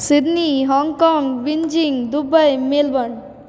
Sydney Hong Kong Beijing Dubai Melbourne